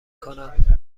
کنم